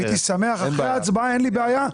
הייתי שמח אחרי ההצבעה אין לי בעיה.